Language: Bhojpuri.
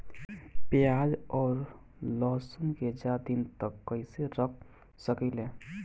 प्याज और लहसुन के ज्यादा दिन तक कइसे रख सकिले?